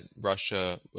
Russia